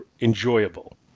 enjoyable